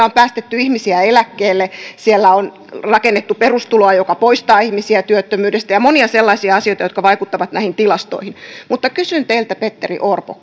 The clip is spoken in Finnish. on päästetty ihmisiä eläkkeelle siellä on rakennettu perustuloa joka poistaa ihmisiä työttömyydestä ja monia sellaisia asioita jotka vaikuttavat näihin tilastoihin kysyn teiltä petteri orpo